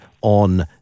on